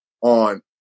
on